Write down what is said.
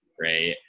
right